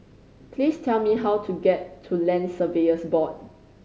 please tell me how to get to Land Surveyors Board